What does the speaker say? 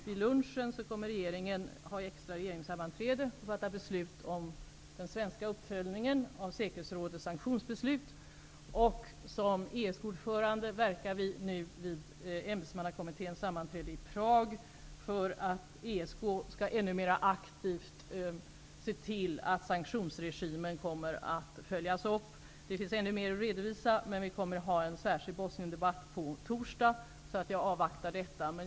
Vid lunchen kommer regeringen att i extra sammanträde fatta beslut om den svenska uppföljningen av säkerhetsrådets sanktionsbeslut. Som ESK-ordförandeland verkar vi nu vid ämbetsmannakommitténs sammanträde i Prag för att ESK ännu mera aktivt skall tillse att sanktionspolitiken följs upp. Det finns ännu mer att redovisa, men vi kommer att ha en särskild Bosniendebatt på torsdag, och jag avvaktar därför med detta.